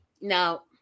Now